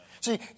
See